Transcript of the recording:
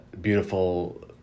beautiful